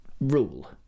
rule